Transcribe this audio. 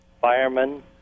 firemen